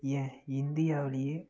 ஏன் இந்தியாவிலேயே